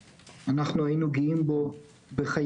אנחנו היינו גאים בו בחייו,